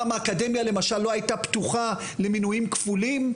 פעם האקדמיה למשל לא היתה פתוחה למינויים כפולים,